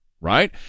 right